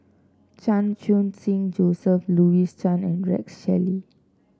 Chan Khun Sing Joseph Louis Chen and Rex Shelley